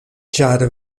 ĉar